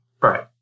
Right